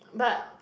but